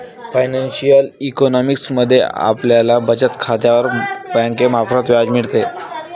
financial economics मध्ये आपल्याला बचत खात्यावर बँकेमार्फत व्याज मिळते